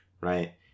right